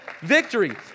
victory